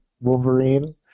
Wolverine